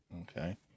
Okay